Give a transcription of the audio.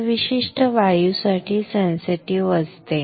ते विशिष्ट वायूसाठी सेन्सिटिव्ह असते